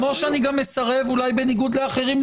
אולי בניגוד לאחרים,